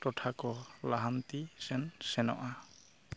ᱴᱚᱴᱷᱟᱠᱚ ᱞᱟᱦᱟᱱᱛᱤ ᱥᱮᱱ ᱥᱮᱱᱚᱜᱼᱟ